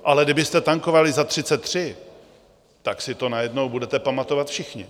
Ale kdybyste tankovali za 33, tak si to najednou budete pamatovat všichni.